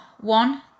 one